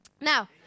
Now